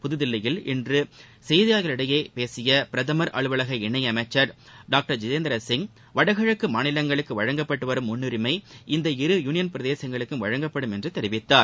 புதுதில்லியில் இன்று செய்தியாளர்களிடம் பேசிய பிரதமர் அலுவலக இணையமைச்சர் டாக்டர் ஜிதேந்திர சிங் வடகிழக்கு மாநிலங்களுக்கு வழங்கப்பட்டு வரும் முன்னுரிமை இவ்விரு யூனியன் பிரதேசங்களுக்கும் வழங்கப்படும் என்று தெரிவிததார்